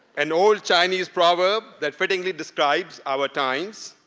an old chinese proverb that fittingly describes our times,